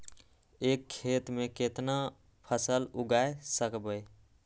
एक खेत मे केतना फसल उगाय सकबै?